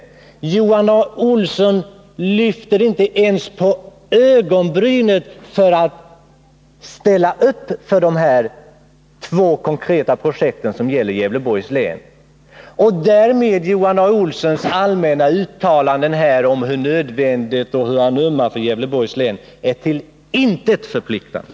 Men Johan A. Olsson höjer inte ens ögonbrynen åt detta i några försök att ställa upp för de två konkreta projekt som gäller Gävleborgs län. Johan A. Olsson gör allmänna uttalanden, talar om hur nödvändigt detta är och säger att han ömmar för Gävleborgs län. Men de uttalandena är till intet förpliktande.